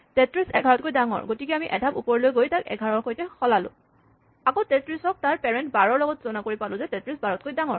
৩৩ ১১তকৈ ডাঙৰ গতিকে আমি এধাপ ওপৰলৈ গৈ তাক ১১ ৰ সৈতে সলালো আকৌ ৩৩ ক তাৰ পেৰেন্ট ১২ ৰ লগত তুলনা কৰি পালোঁ যে ৩৩ ১২ তকৈ ডাঙৰ